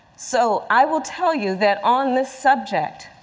so i will tell you that on this subject,